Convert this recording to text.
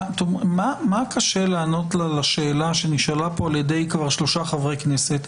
מה קשה לענות על השאלה שנשאלה פה כבר על-ידי שלושה חברי כנסת: